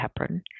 heparin